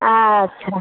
अच्छा